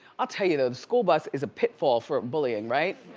i'll tell you though, the school bus is a pitfall for bullying, right?